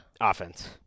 offense